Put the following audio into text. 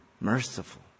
merciful